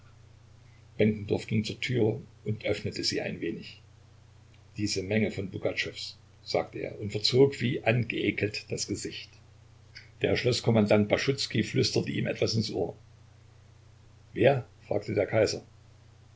ging zur türe und öffnete sie ein wenig diese menge von pugatschows sagte er und verzog wie angeekelt das gesicht der schloßkommandant baschuzkij flüsterte ihm etwas ins ohr wer fragte der kaiser